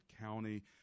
County